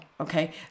okay